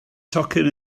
tocyn